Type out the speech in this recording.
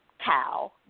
cow